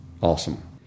Awesome